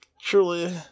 Truly